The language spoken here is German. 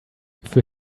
für